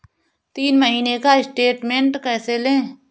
तीन महीने का स्टेटमेंट कैसे लें?